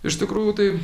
iš tikrųjų tai